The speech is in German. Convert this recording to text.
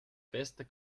bester